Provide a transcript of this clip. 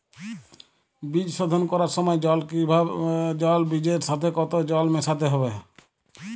বীজ শোধন করার সময় জল বীজের সাথে কতো জল মেশাতে হবে?